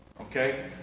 Okay